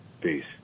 Peace